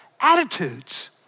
attitudes